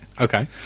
Okay